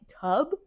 tub